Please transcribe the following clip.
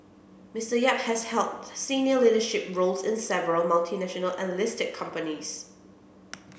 Mister Yap has held senior leadership roles in several multinational and listed companies